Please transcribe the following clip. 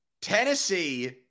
Tennessee